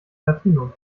latinum